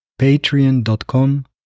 Patreon.com